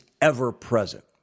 ever-present